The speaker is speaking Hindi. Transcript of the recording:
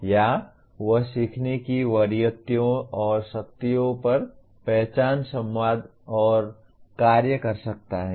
या वह सीखने की वरीयताओं और शक्तियों पर पहचान संवाद और कार्य कर सकता है